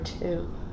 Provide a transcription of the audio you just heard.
two